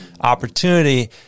opportunity